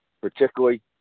particularly